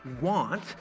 want